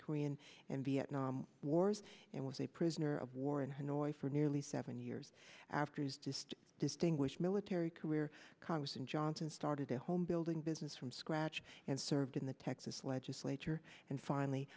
korean and vietnam wars and was a prisoner of war in her noise for nearly seven years after his just distinguished military career congressman johnson started a home building business from scratch and served in the texas legislature and finally